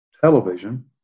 television